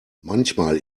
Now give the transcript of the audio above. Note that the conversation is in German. manchmal